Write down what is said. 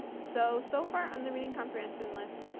so, so far on the reading comprehension list,